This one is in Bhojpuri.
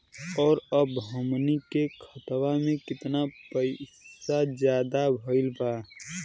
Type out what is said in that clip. और अब हमनी के खतावा में कितना पैसा ज्यादा भईल बा?